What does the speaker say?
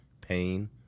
pain